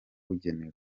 bugenewe